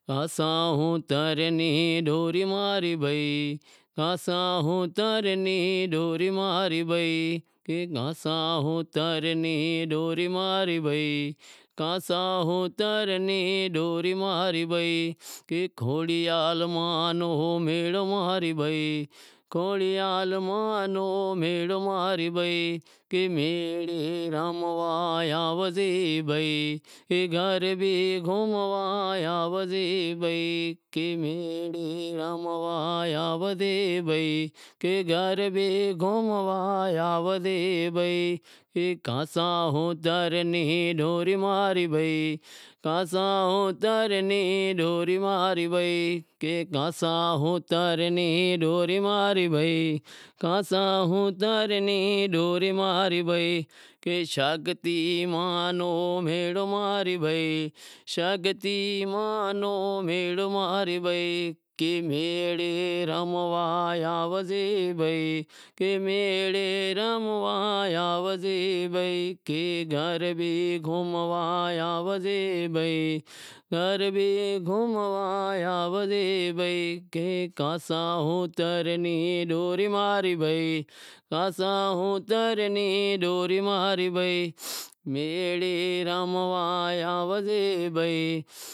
مناں ڈوٹی زڑی سے منیں زانوڑو سے، ماں را باپو کہیں تمیں بے وقوف سو، تنیں گھر ری گھٹی ماتھے کام زڑی رہیو سے تمیں زائے بئے پاہے دہکا کھائی رہیا شو، میں کہیو کام تو زڑے رہیو سے پر ڈیلی پریشانی سے چا رے دہاڑی لاگے چا رے ناں لاگے، موں بولیو، مہینڑے رو کام سے بہ ٹے مہینا کاڈھی آواںمنیں کہے ناں تمیں بے وقوف مانڑا سو تمیں کام کرنڑ رو طریقو نتھی، چمکہ ہوں تو آپرے حالات ماں گزرتو ماں نیں خبر ہتی کہ ماں را حالات شوں سیں شوں نتھی، ماں رے گھر ری مجبوری ماں نیں خبر ہتی ماں رے باپو نیں خبر نتھی کہ ایئاں رے گھر رے اندر شوں سے شوں نتھی، چمکہ ایئاں چار بھار بھائی ہتا ماں را اے کام میں لاگل ہتا ہوں الگ ہتو تو ایئاں ناں کے کام ری پریشانی نتھی موں نیں پریشانی ہتی چمکہ ماں رے گھر میں کائیں نتھو مال بدہو وکی لاشو، پنڑ تو ئی ماں ناں مریشانی ماں ری ختم نتھی تھیتی، مستری نیں میں کیدہو کہ ہوں تاں رے کن ہالیش بلوچستان، ہوں ضد کرےزوری ایئں زاتو رہیو کام میں، کام میں گیو ایئں تھے میشنوں کھولیوں، میشنوں ٹھاویوں، میشنوں تقریبن بئے ترن سالاں تی بند ہتیوں ایئں مستری زاتو تو ایئاں را بلوچ ایوا حرامی ہتا زو ایئاں نیں کام نیں کروا ڈیتا، بلوچ موں نیں کیدہو توں ای کام نیں کریے موں کیدو چم کام نیں راں شوں سے